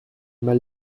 mal